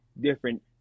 different